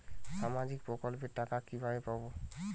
সামাজিক প্রকল্পের টাকা কিভাবে পাব?